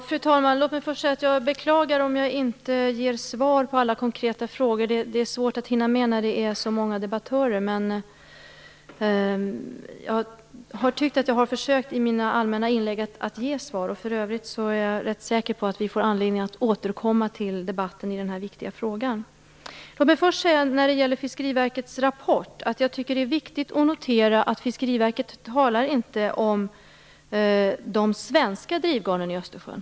Fru talman! Jag beklagar om jag inte ger svar på alla konkreta frågor. Det är svårt att hinna med det när det är så många debattörer. Jag tycker dock att jag i mina allmänna inlägg har försökt ge svar. För övrigt är jag rätt säker på att vi får anledning att återkomma till debatten i den här viktiga frågan. När det gäller Fiskeriverkets rapport är det viktigt att notera att Fiskeriverket inte talar om de svenska drivgarnen i Östersjön.